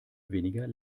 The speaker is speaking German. weniger